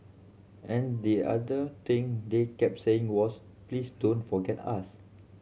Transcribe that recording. and the other thing they kept saying was please don't forget us